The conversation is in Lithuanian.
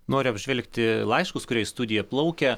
noriu apžvelgti laiškus kurie į studiją plaukia